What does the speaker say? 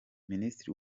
minisitiri